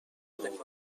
همپیمان